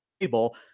table